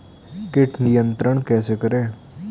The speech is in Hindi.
कीट नियंत्रण कैसे करें?